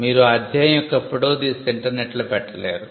మీరు ఆ అధ్యాయం యొక్క ఫోటో తీసి ఇంటర్నెట్లో పెట్టలేరు